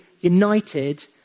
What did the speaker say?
united